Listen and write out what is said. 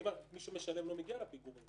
מי שמשלם לא מגיע לפיגורים.